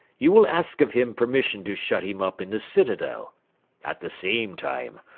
you will ask of him permission to shut him up in the citadel at the same time,